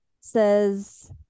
says